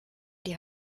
die